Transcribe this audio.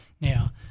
Now